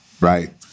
right